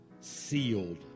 sealed